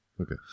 Okay